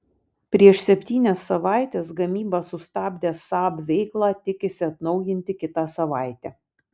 prieš septynias savaites gamybą sustabdęs saab veiklą tikisi atnaujinti kitą savaitę